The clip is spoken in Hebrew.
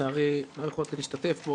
שלצערי לא יכולתי להשתתף בו,